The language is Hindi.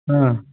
हाँ